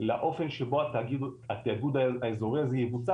לאופן שבו התאגוד האזורי הזה יבוצע.